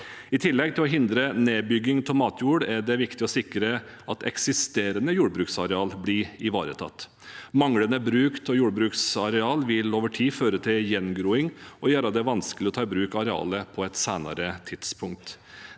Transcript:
I tillegg til å hindre nedbygging av matjord er det viktig å sikre at eksisterende jordbruksareal blir ivaretatt. Manglende bruk av jordbruksareal vil over tid føre til gjengroing og gjøre det vanskelig å ta arealet i bruk på et senere tidspunkt.